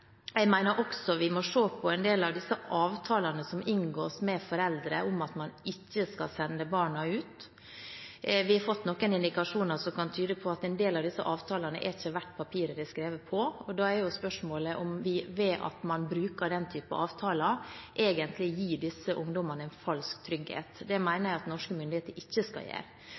Jeg mener vi også må se på en del av de avtalene som inngås med foreldre, om at de ikke skal sende barna ut. Vi har fått noen indikasjoner på at en del av disse avtalene ikke er verdt papiret de er skrevet på. Spørsmålet er da om vi – ved at man bruker den type avtaler – egentlig gir disse ungdommene en falsk trygghet. Det mener jeg at norske myndigheter ikke skal gjøre.